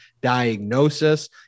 diagnosis